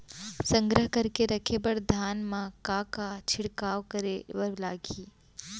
संग्रह करके रखे बर धान मा का का छिड़काव करे बर लागही?